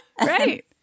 Right